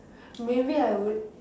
maybe I would